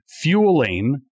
fueling